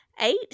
eight